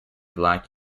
black